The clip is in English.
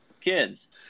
kids